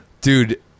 Dude